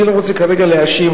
אני לא רוצה כרגע להאשים,